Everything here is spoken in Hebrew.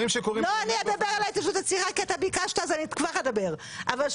כבר אדבר.